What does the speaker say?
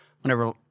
whenever